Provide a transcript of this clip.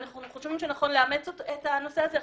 אנחנו חושבים שנכון לאמץ את הנושא הזה,